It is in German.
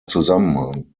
zusammenhang